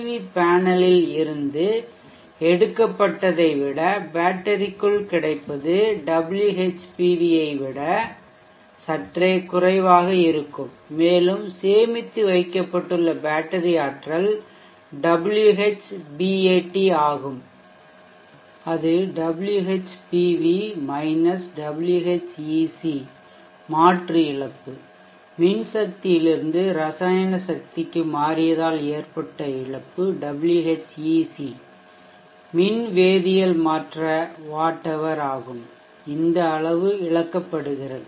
we பேனலில் இருந்து எடுக்கப்பட்டதை விட பேட்டரிக்குள் கிடைப்பது WhPV ஐ விட சற்றே குறைவாக இருக்கும் மேலும் சேமித்து வைக்கப்பட்டுள்ள பேட்டரி ஆற்றல் Whbat ஆகும் மற்றும் அது WhPV Whec மாற்று இழப்பு மின்சக்தியிலிருந்து ரசாயனசக்திக்கு மாறியதால் ஏற்ப்பட்ட இழப்பு Whec மின் வேதியியல் மாற்ற வாட் ஹவர் இந்த அளவு இழக்கப்படுகிறது